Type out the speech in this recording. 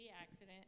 accident